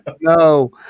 no